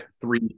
three